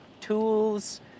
tools